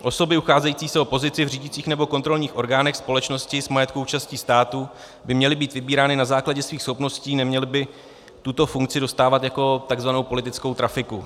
Osoby ucházející se o pozici v řídících nebo kontrolních orgánech společností s majetkovou účastí státu by měly být vybírány na základě svých schopností, neměly by tuto funkci dostávat jako takzvanou politickou trafiku.